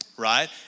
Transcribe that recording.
right